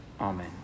amen